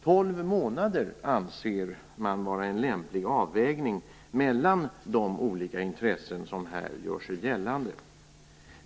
12 månader anser man vara en lämplig avvägning mellan de olika intressen som här gör sig gällande.